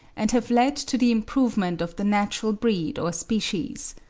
and have led to the improvement of the natural breed or species.